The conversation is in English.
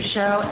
Show